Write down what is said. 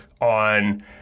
on